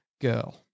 girl